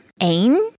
Ain